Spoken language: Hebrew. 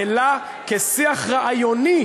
אלא כשיח רעיוני,